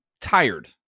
tired